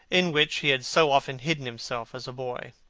in which he had so often hidden himself as a boy.